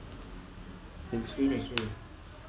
there since yesterday